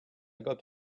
got